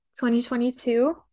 2022